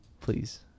please